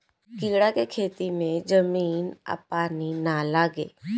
कीड़ा के खेती में जमीन आ पानी ना लागे